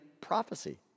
prophecy